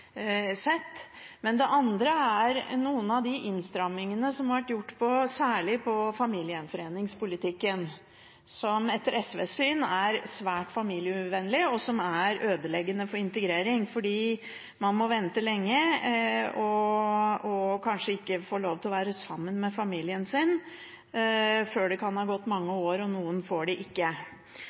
sett. Men det andre er noen av de innstrammingene som har vært gjort særlig i familiegjenforeningspolitikken, som etter SVs syn er svært familieuvennlig, og som er ødeleggende for integrering, fordi man må vente lenge og får kanskje ikke lov til å være sammen med familien sin før det har gått mange år – og noen får det ikke.